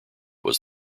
was